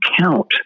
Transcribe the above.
count